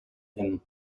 him